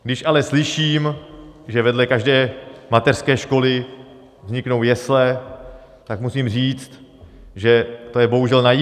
Když ale slyším, že vedle každé mateřské školy vzniknou jesle, tak musím říct, že to je bohužel naivní.